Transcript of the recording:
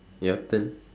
your turn